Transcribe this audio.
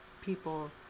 people